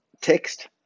text